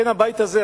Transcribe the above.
לכן הבית הזה,